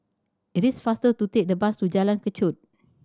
it is faster to take the bus to Jalan Kechot